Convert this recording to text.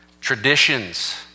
Traditions